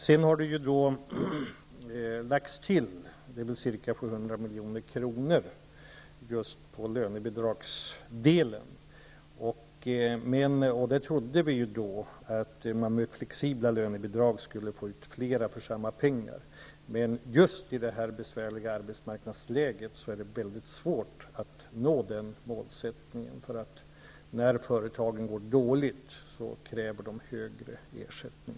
Vidare har det lagts till ca 700 milj.kr. just beträffande lönebidragsdelen. Vi trodde att man med flexibla lönebidrag skulle få ut fler i arbete för samma summa pengar. Men just i nuvarande besvärliga arbetsmarknadsläge är det väldigt svårt att uppnå det målet. När företag går dåligt kräver de ju högre belopp i ersättning.